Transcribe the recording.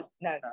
No